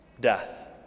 death